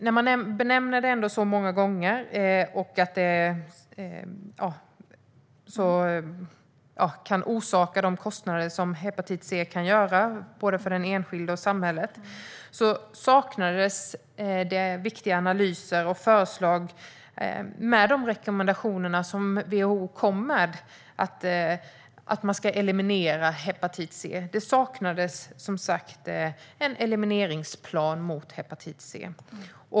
När vi nu vet att det kan orsaka så stora kostnader både för den enskilde och för samhället tycker jag att det saknades viktiga analyser och förslag. WHO har ju kommit med rekommendationer om att man ska eliminera hepatit C, men det saknades en elimineringsplan.